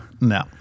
No